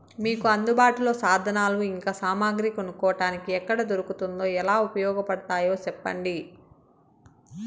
మీకు అందుబాటులో సాధనాలు ఇంకా సామగ్రి కొనుక్కోటానికి ఎక్కడ దొరుకుతుందో ఎలా ఉపయోగపడుతాయో సెప్పండి?